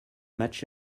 match